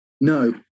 No